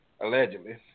Allegedly